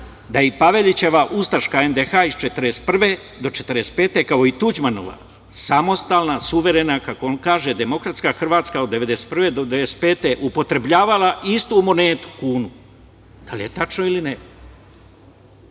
da je i Pavelićeva ustaška NDH iz 1941. do 1945. godine, kao i Tuđmanova, samostalna, suverena, kako on kaže, demokratska Hrvatska od 1991. do 1995. godine upotrebljavala istu monetu – kunu? Da li je tačno ili ne?